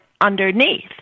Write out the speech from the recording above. underneath